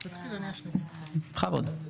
בכבוד.